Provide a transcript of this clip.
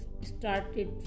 started